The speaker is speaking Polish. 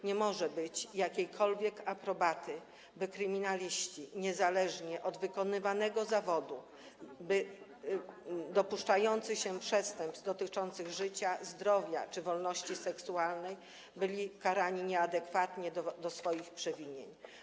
Nie może być jakiejkolwiek aprobaty, zgody na to, by kryminaliści, niezależnie od wykonywanego zawodu, dopuszczający się przestępstw dotyczących życia, zdrowia czy wolności seksualnej byli karani nieadekwatnie do swoich przewinień.